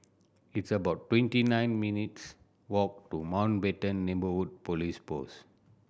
it's about twenty nine minutes' walk to Mountbatten Neighbourhood Police Post